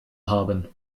haben